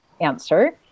answer